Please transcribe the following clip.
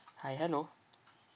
hi hello